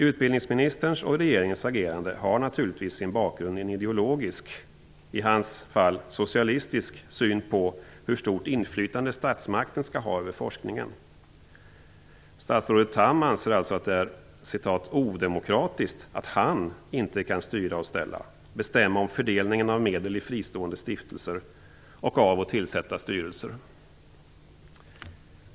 Utbildningsministerns och regeringens agerande har naturligtvis sin bakgrund i en ideologisk, i utbildningsministerns fall socialistisk, syn på hur stort inflytande statsmakten skall ha över forskningen. Statsrådet Tham anser alltså att det är odemokratiskt att han inte kan styra och ställa, bestämma om fördelningen av medel i fristående stiftelser och av och tillsätta styrelser.